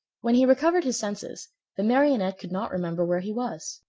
when he recovered his senses the marionette could not remember where he was.